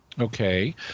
Okay